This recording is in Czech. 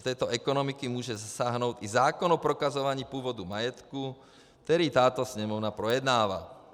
Do této ekonomiky může zasáhnout i zákon o prokazování původu majetku, který tato Sněmovna projednává.